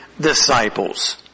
disciples